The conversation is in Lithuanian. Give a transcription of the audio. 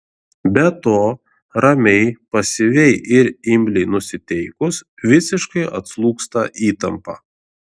be to ramiai pasyviai ir imliai nusiteikus visiškai atslūgsta įtampa